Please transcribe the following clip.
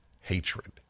hatred